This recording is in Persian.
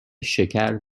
شکر